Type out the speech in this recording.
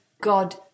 God